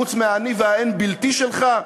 חוץ מהאני והאין בלתי שלך?